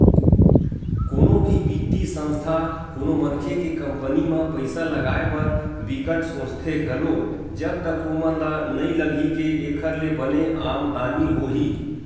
कोनो भी बित्तीय संस्था कोनो मनखे के कंपनी म पइसा लगाए बर बिकट सोचथे घलो जब तक ओमन ल नइ लगही के एखर ले बने आमदानी होही